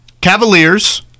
Cavaliers